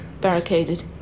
barricaded